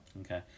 Okay